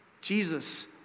Jesus